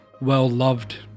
well-loved